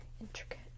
intricate